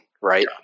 right